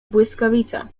błyskawica